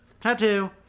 tattoo